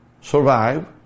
survive